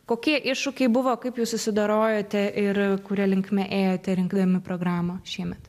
kokie iššūkiai buvo kaip jūs susidorojate ir kuria linkme ėjote rinkdami programą šiemet